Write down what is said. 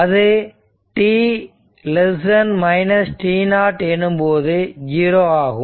அது t t0 எனும்போது 0 ஆகும்